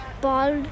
ball